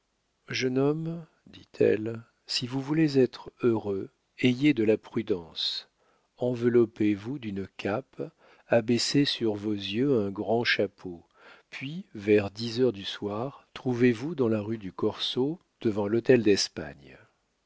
jeune homme dit-elle si vous voulez être heureux ayez de la prudence enveloppez vous d'une cape abaissez sur vos yeux un grand chapeau puis vers dix heures du soir trouvez-vous dans la rue du corso devant l'hôtel d'espagne